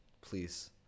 Please